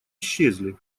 исчезли